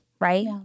Right